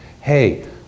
Hey